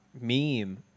meme